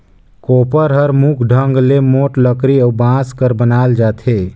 कोपर हर मुख ढंग ले मोट लकरी अउ बांस कर बनाल जाथे